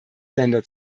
länder